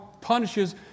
punishes